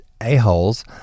a-holes